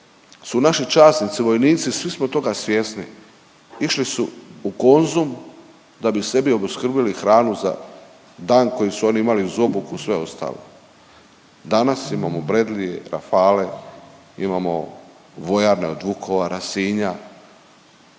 su naši časnici i vojnici, svi smo toga svjesni, išli su u Konzum da bi sebi obeskrbili hranu za dan koji su oni imali uz obuku i sve ostalo. Danas imamo Bradleyje, Rafale, imamo vojarne od Vukovara, Sinja,